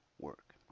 work